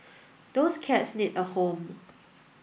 those cats need a home